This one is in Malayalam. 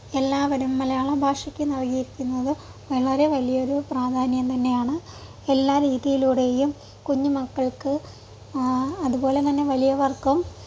എല്ലാവരും മലയാള ഭാഷയ്ക്ക് നൽകിയിരിക്കുന്നത് വളരെ വലിയൊരു പ്രാധാന്യം തന്നെയാണ് എല്ലാ രീതിയിലൂടെയും കുഞ്ഞ് മക്കൾക്ക് അതുപോലെതന്നെ വലിയവർക്കും